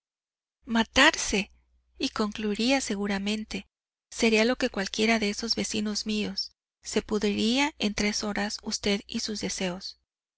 matarse y concluiría seguramente sería lo que cualquiera de esos vecinos míos se pudriría en tres horas usted y sus deseos